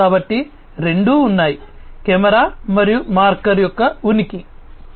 కాబట్టి రెండు ఉన్నాయి కెమెరా మరియు మార్కర్ యొక్క ఉనికి ఒకటి